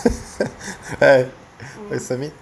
alright let's submit